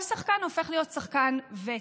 כל שחקן הופך להיות שחקן וטו,